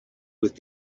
with